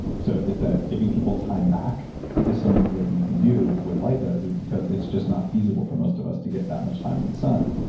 so it's that giving people time back is something that you can do with light therapy because it's just not feasible for most of us to get that much time in the sun.